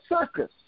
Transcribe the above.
circus